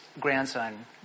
grandson